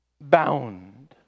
bound